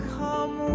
come